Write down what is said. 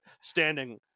standing